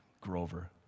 Grover